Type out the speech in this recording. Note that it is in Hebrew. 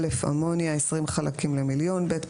אמוניה (NH3) 20 חלקים למיליון (ppm).